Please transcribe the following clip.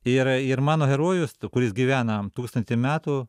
ir ir mano herojus kuris gyvena tūkstantį metų